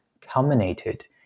culminated